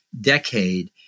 decade